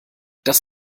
das